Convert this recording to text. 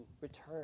return